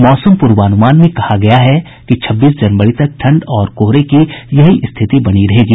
मौसम प्रर्वान्मान में कहा गया है कि छब्बीस जनवरी तक ठंड और कोहरे की यही स्थिति बनी रहेगी